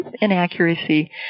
inaccuracy